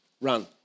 run